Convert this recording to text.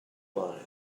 line